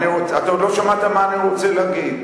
אתה עוד לא שמעת מה אני רוצה להגיד,